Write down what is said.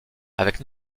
avec